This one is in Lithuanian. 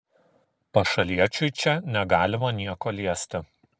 pašaliečiui čia negalima nieko liesti